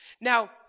Now